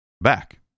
back